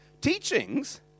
Teachings